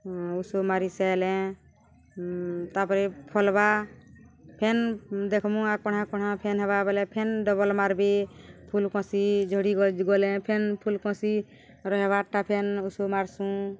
ଉଷୋ ମାରିସେଲେ ତା'ପରେ ଫଲ୍ବା ଫେନ୍ ଦେଖ୍ମୁ ଆ କଣା କଣା ଫେନ୍ ହେବା ବଲେ ଫେନ୍ ଡବଲ୍ ମାର୍ବେ ଫୁଲ୍ କଷି ଝଡ଼ି ଗଲେ ଫେନ୍ ଫୁଲ୍ କଷି ରହେବାର୍ଟା ଫେନ୍ ଉଷୋ ମାର୍ସୁଁ